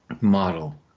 model